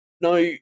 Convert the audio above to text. Now